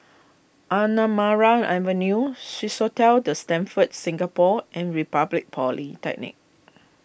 Anamarai Avenue Swissotel the Stamford Singapore and Republic Polytechnic